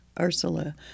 Ursula